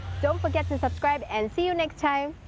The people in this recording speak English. don't forget to subscribe and see you next time!